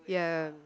ya